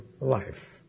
life